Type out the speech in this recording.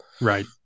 right